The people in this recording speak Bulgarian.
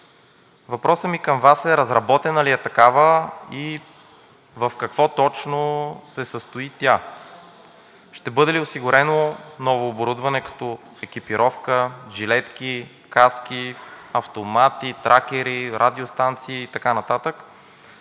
Въпросът ми към Вас е: разработена ли е такава и в какво точно се състои тя? Ще бъде ли осигурено ново оборудване, като екипировка, жилетки, каски, автомати, тракери, радиостанции и така